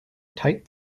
tight